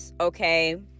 okay